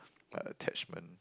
attachment